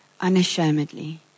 unashamedly